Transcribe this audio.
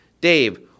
Dave